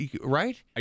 Right